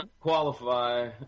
qualify